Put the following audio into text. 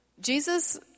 Jesus